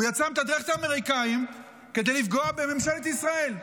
הוא יצא לתדרך את האמריקאים כדי לפגוע בממשלת ישראל.